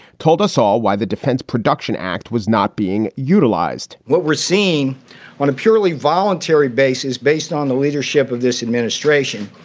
told us all why the defense production act was not being utilized what we're seeing on a purely voluntary basis based on the leadership of this administration.